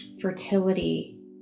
fertility